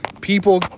people